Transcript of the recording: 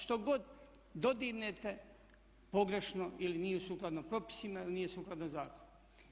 Što god dodirnete pogrešno ili nije sukladno propisima ili nije sukladno zakonu.